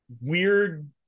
weird